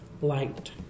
light